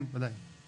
כן, ודאי.